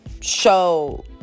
show